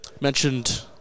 mentioned